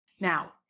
Now